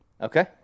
Okay